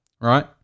right